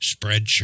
Spreadshirt